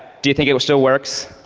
do you think it still works?